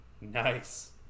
Nice